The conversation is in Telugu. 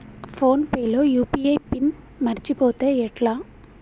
ఫోన్ పే లో యూ.పీ.ఐ పిన్ మరచిపోతే ఎట్లా?